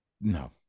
No